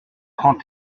trente